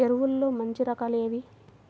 ఎరువుల్లో మంచి రకాలు ఏవి?